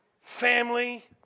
family